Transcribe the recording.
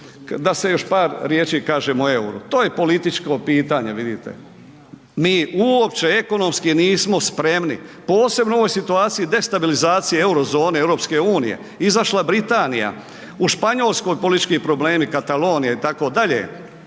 Da se još par riječi kažem o EUR-u. To je političko pitanje, vidite. Mi uopće ekonomski nismo spremni, posebno u ovoj situaciji destabilizacije euro zone EU, izašla Britanija, u Španjolskoj politički problemi Katalonija itd., Danska